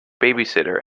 babysitter